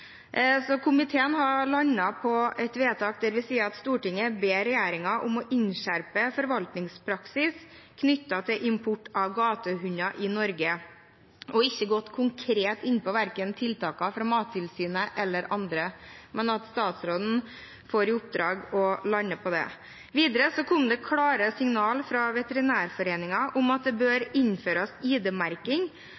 komiteen sier i forslag til svedtak I følgende: «Stortinget ber regjeringen innskjerpe forvaltningspraksis knyttet til import av gatehunder til Norge.» Komiteen har ikke gått konkret inn på tiltakene fra verken Mattilsynet eller andre, og statsråden får i oppdrag å lande når det gjelder det. Videre kom det klare signal fra Veterinærforeningen om at det bør